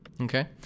Okay